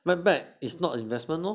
bag bag is not an investment lor